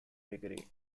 degree